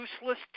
useless